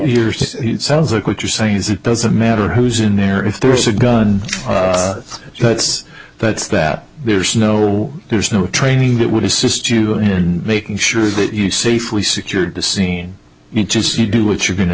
and sounds like what you're saying is it doesn't matter who's in there if there's a gun that's that's that there's no there's no training that would assist you in making sure that you safe we secured the scene you just you do what you're go